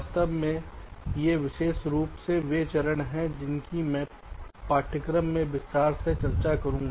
वास्तव में ये विशेष रूप से वे चरण हैं जिनकी मैं इस पाठ्यक्रम में विस्तार से चर्चा करूंगा